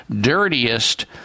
dirtiest